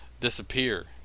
disappear